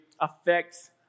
affects